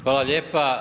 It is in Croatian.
Hvala lijepa.